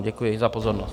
Děkuji za pozornost.